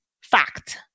fact